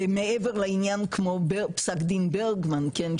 מעבר לעניין כמו פסק דין ברגמן כן,